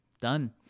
Done